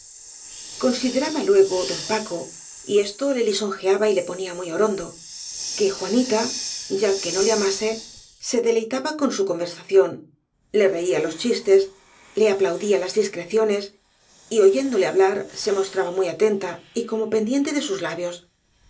consideraba luego don paco y esto le lisonjeaba y le ponía muy orondo que juanita ya que no le amase se deleitaba con su conversación le reía los chistes le aplaudía las discreciones y oyéndole hablar se mostraba muy atenta y como pendiente de sus labios